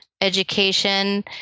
education